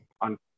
on